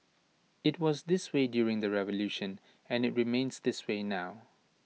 IT was this way during the revolution and IT remains this way now